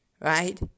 right